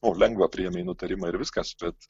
nu lengva priėmei nutarimą ir viskas bet